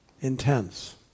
intense